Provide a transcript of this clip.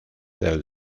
del